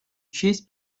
честь